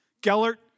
Gellert